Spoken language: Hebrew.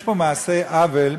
יש פה מעשה עוול,